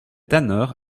tanneurs